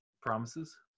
promises